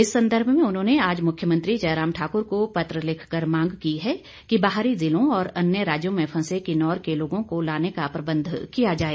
इस संदर्भ में उन्होंने आज मुख्यमंत्री जयराम ठाकुर को पत्र लिखकर मांग की है कि बाहरी ज़िलों और अन्य राज्यों में फंसे किन्नौर के लोगों को लाने का प्रबंध किया जाए